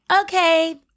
Okay